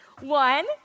One